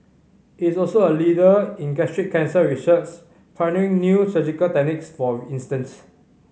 it is also a leader in gastric cancer research pioneering new surgical techniques for instance